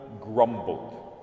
grumbled